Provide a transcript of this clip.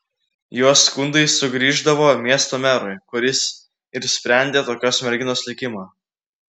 jos skundai sugrįždavo miesto merui kuris ir sprendė tokios merginos likimą